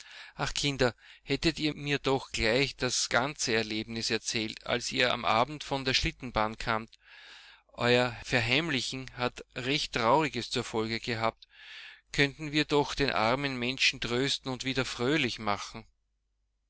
ach kinder hättet ihr mir doch gleich das ganze erlebnis erzählt als ihr am abend von der schlittbahn kamt euer verheimlichen hat recht trauriges zur folge gehabt könnten wir doch den armen menschen trösten und wieder fröhlich machen